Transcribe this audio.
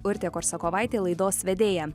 urtė korsakovaitė laidos vedėja